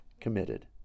committed